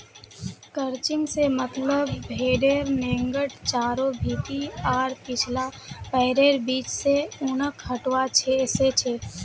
crutching से मतलब भेडेर नेंगड चारों भीति आर पिछला पैरैर बीच से ऊनक हटवा से छ